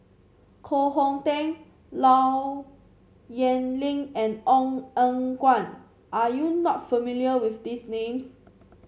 Koh Hong Teng Low Yen Ling and Ong Eng Guan are you not familiar with these names